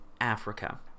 Africa